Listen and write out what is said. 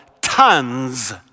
tons